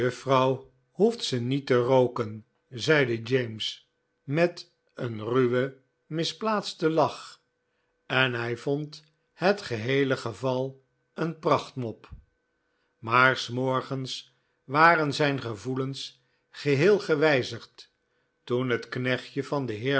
hoeft ze niet te rooken zeide james met een ruwen misplaatsten lach en hij vond het geheele geval een pracht mop maar s morgens waren zijn gevoelens geheel gewijzigd toen het knechtje van den